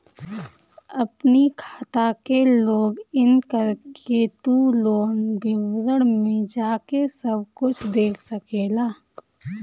अपनी खाता के लोगइन करके तू लोन विवरण में जाके सब कुछ देख सकेला